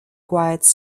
quite